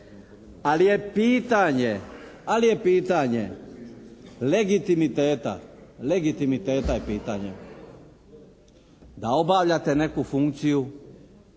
legitimiteta, legitimiteta je pitanje da obavljate neku funkciju